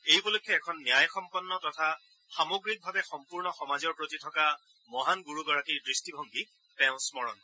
এই উপলক্ষে এখন ন্যায়সম্পন্ন তথা সামগ্ৰিকভাৱে সম্পূৰ্ণ সমাজৰ প্ৰতি থকা মহান গুৰুগৰাকীৰ দৃষ্টিভংগীক স্মৰণ কৰে